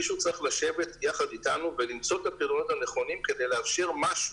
מישהו צריך לשבת יחד איתנו ולמצוא את הפתרונות הנכונים כדי לאפשר משהו,